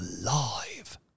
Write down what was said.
alive